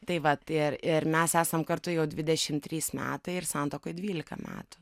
tai vat ir ir mes esam kartu jau dvidešim trys metai ir santuokoj dvylika metų